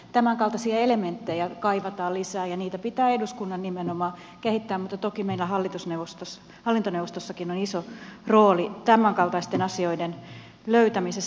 tämänkaltaisia elementtejä kaivataan lisää ja niitä pitää eduskunnan nimenomaan kehittää mutta toki meillä hallintoneuvostossakin on iso rooli tämänkaltaisten asioiden löytämisessä